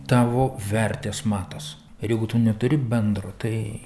tavo vertės matas ir jeigu tu neturi bendro tai